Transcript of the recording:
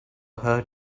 her